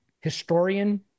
historian